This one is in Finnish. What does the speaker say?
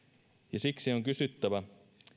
ja siksi on kysyttävä